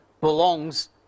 belongs